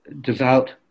devout